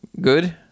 good